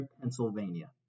Pennsylvania